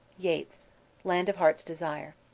yeats land of heart's desire.